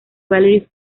valerie